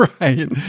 right